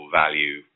value